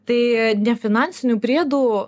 tai nefinansinių priedų